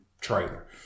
trailer